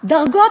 אם אתה רוצה.